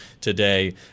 today